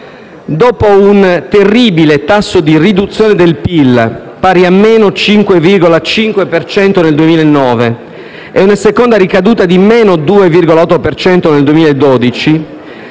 Dopo un terribile tasso di riduzione del PIL, pari a meno 5,5 per cento nel 2009, e una seconda ricaduta di meno 2,8 per cento